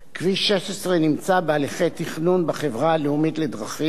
כביש 16 נמצא בהליכי תכנון בחברה הלאומית לדרכים,